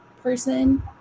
person